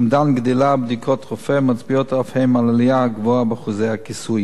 אומדן גדילה ובדיקות רופא מצביעים אף הם על עלייה גבוהה באחוזי הכיסוי.